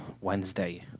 wednesday